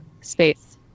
space